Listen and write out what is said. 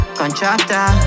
contractor